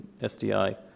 SDI